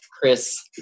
Chris